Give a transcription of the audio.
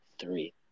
three